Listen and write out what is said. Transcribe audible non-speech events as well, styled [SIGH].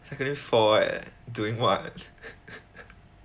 secondary four eh doing what [LAUGHS]